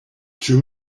two